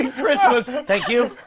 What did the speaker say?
and christmas! thank you